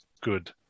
good